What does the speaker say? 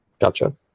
Gotcha